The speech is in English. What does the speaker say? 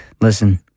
listen